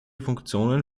funktionen